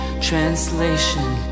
translation